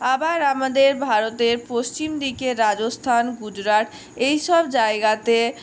আবার আমাদের ভারতের পশ্চিম দিকে রাজস্থান গুজরাট এইসব জায়গাতে